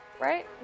Right